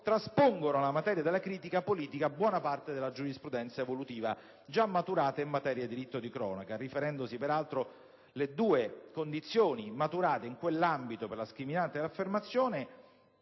traspongono alla materia della critica politica buona parte della giurisprudenza evolutiva già maturata in materia di diritto di cronaca, riferendovi peraltro le due condizioni maturate in quell'ambito per scriminare la diffamazione,